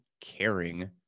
caring